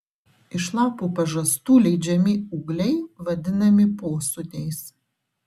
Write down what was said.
iš lapų pažastų leidžiami ūgliai vadinami posūniais